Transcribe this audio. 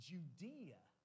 Judea